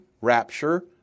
rapture